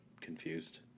confused